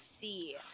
see